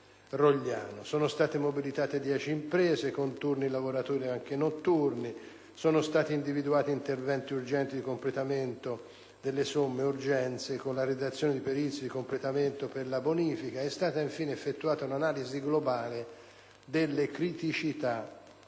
Sono state mobilitate dieci imprese con turni di lavoratori anche notturni; sono stati individuati interventi urgenti di completamento delle somme urgenze con la redazione di perizie di completamento per la bonifica; è stata infine effettuata un'analisi globale delle criticità